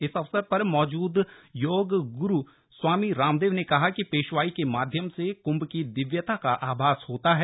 इस अवसर पर मौजूद योग ग्रु स्वामी रामदेव ने कहा कि पेशवाई के माध्यम से कुंभ की दिव्यता का आभास होता है